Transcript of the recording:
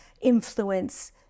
influence